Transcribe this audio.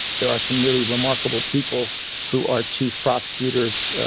there are some really remarkable people who are chief prosecutors,